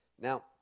Now